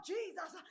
Jesus